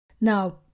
Now